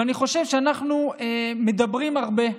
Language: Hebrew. אבל אני חושב שאנחנו מדברים הרבה.